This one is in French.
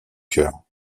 chœur